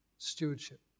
Stewardship